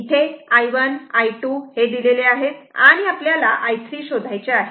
इथे i1 i2 दिलेले आहेत आणि i3 शोधायचे आहे